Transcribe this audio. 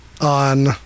on